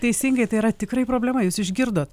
teisingai tai yra tikrai problema jūs išgirdot